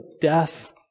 death